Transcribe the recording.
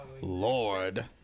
Lord